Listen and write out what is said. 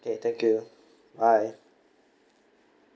okay thank you bye